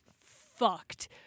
fucked